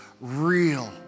real